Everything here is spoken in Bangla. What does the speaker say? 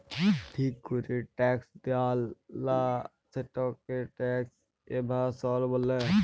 ঠিক ক্যরে ট্যাক্স দেয়লা, সেটকে ট্যাক্স এভাসল ব্যলে